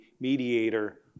mediator